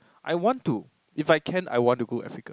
I want to if I can I want to go Africa